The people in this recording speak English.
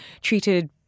treated